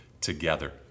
together